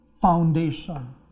foundation